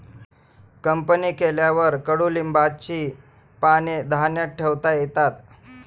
company केल्यावर कडुलिंबाची पाने धान्यात ठेवता येतात